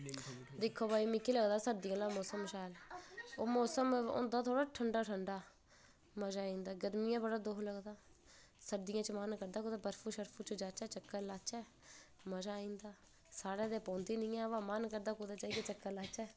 दिखो भई मिगी लगदा सर्दी आह्ला मौसम शैल ओह् मौसम होंदा थोह्ड़ा थोह्ड़ा ठंडा ठंडा मजा आई जंदा गर्मीयै च बड़ा बड़ा दुख लगदा सर्दियैं च मन करदा कुदै बर्फ बर्फु च जाचे कुदै चक्कर लाचै मजा आई जंदा साढ़े ते पौंदी निं ऐ पर मन करदा कुदै चक्कर लाचै